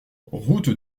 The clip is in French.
route